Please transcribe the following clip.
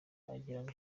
agirango